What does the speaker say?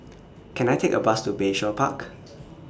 Can I Take A Bus to Bayshore Park